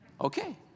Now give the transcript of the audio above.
Okay